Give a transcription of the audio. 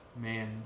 Man